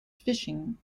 fishing